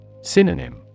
Synonym